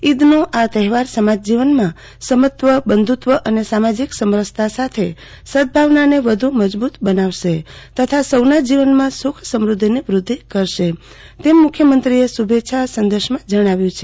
ઇદનો આ તહેવાર સમાજજીવનમાં સમત્વ બંધત્વ અને સામાજિક સમરસતા સાથે સદભાવને વધુ મજબુત બનાવશે તથા સૌના જીવનમાં સુખ સમૃથ્થિની વૃધ્યિ કરેશે તેમ મુખ્યમંત્રીએ શુભેચ્છા સંદેશમાં જજ્ઞાવ્યું છે